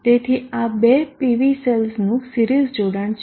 તેથી આ બે PV સેલ્સનું સિરીઝ જોડાણ છે